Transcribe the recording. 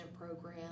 program